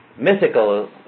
mythical